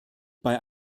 bei